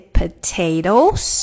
potatoes